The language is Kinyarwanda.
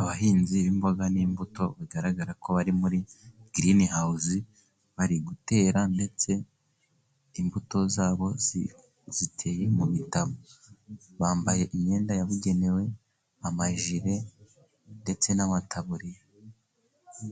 Abahinzi b'imboga n'imbuto bigaragara ko bari muri grinihawuzi, bari gutera ndetse imbuto zabo ziteye mu mitabu, bambaye imyenda yabugenewe amajire ndetse n'amataburiya,